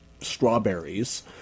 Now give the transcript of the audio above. strawberries